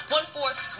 One-fourth